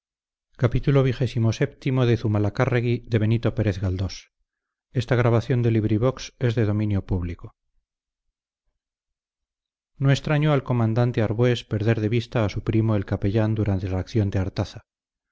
no extrañó al comandante arbués perder de vista a su primo el capellán durante la acción de artaza